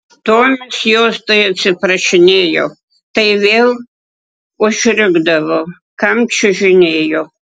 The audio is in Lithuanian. tomis jos tai atsiprašinėjo tai vėl užrikdavo kam čiuožinėjo